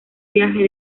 viaje